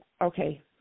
Okay